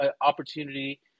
opportunity